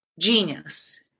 genius